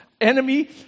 enemy